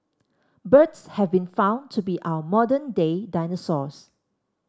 birds have been found to be our modern day dinosaurs